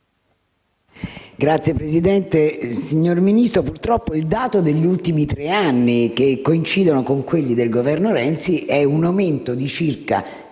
*(FI-PdL XVII)*. Signor Ministro, purtroppo il dato degli ultimi tre anni (che coincidono con quelli del Governo Renzi) mostra un aumento di circa